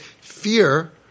fear